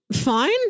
fine